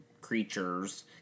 creatures